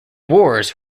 wars